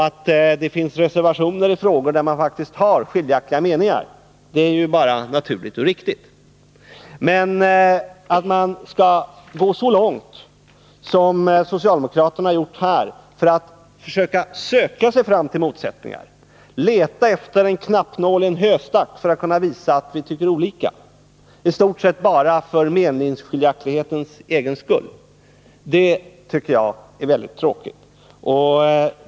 Att det finns reservationer i frågor där det förekommer skiljaktiga meningar är bara naturligt och riktigt. Men att man skall gå så långt, som socialdemokraterna här har gjort, att man söker sig fram till motsättningar, letar efter en knappnålien höstack, för att kunna visa att vi tycker olika, i stort sett bara för meningsskiljaktighetens skull, tycker jag är väldigt tråkigt.